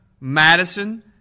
Madison